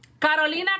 Carolina